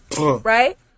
Right